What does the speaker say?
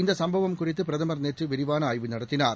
இந்த சம்பவம் குறித்து பிரதமர் நேற்று விரிவான ஆய்வு நடத்தினார்